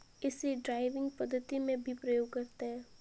इसे ड्राइविंग पद्धति में भी प्रयोग करते हैं